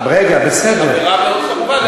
העבירה מאוד חמורה,